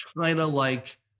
China-like